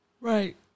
Right